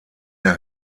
der